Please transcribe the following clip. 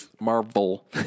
Marvel